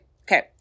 Okay